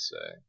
say